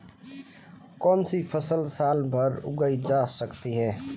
कौनसी फसल साल भर उगाई जा सकती है?